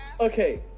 Okay